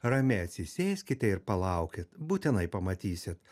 ramiai atsisėskite ir palaukit būtinai pamatysit